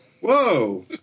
Whoa